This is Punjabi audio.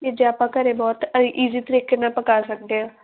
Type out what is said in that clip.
ਇਹ ਜੇ ਆਪਾਂ ਘਰ ਬਹੁਤ ਈਜ਼ੀ ਤਰੀਕੇ ਨਾਲ ਪਕਾ ਸਕਦੇ ਹਾਂ